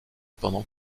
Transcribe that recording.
pendant